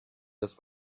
das